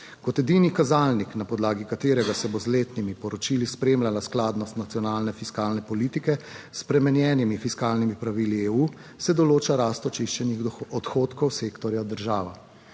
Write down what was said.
Kot edini kazalnik, na podlagi katerega se bo z letnimi poročili spremljala skladnost nacionalne fiskalne politike s spremenjenimi fiskalnimi pravili EU, se določa rast očiščenih odhodkov sektorja država.